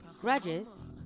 Grudges